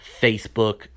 Facebook